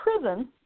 prison